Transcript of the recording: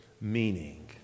meaning